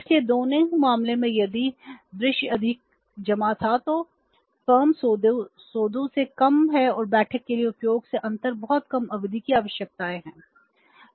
इसलिए दोनों ही मामलों में यदि दृश्य अधिक जमा था तो फर्म सौदों से कम है और बैठक के लिए उपयोग से अंतर बहुत कम अवधि की आवश्यकताएं हैं